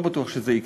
לא בטוח שזה יקרה.